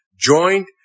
joined